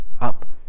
up